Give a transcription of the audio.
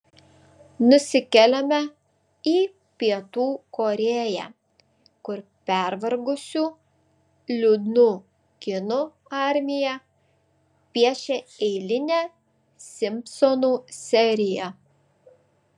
nusikeliame į pietų korėją kur pervargusių liūdnų kinų armija piešia eilinę simpsonų seriją